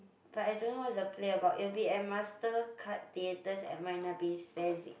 but I don't know what's the play about it'll be at Mastercard Theaters at Marina-Bay-Sands